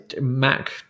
Mac